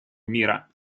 мира